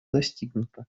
достигнуто